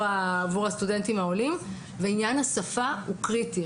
הסטודנטים העולים ועניין השפה הוא קריטי.